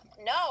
No